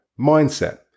Mindset